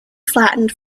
flattened